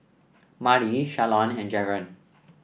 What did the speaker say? Marlie Shalon and Jaron